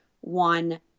one